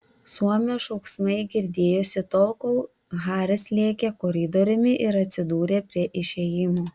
suomio šauksmai girdėjosi tol kol haris lėkė koridoriumi ir atsidūrė prie išėjimo